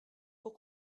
pour